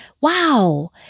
wow